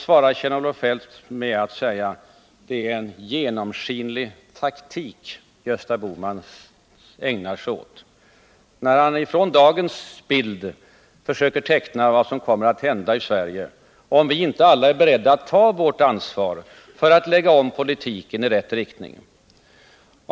Kjell-Olof Feldt svarar att det är en ”genomskinlig taktik” jag ägnar mig åt när jag från dagens bild försöker teckna vad som kommer att hända i Sverige, om vi inte alla är beredda att ta vårt ansvar för att lägga om politiken i rätt riktning.